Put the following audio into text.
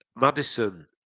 Madison